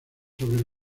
sobre